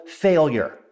failure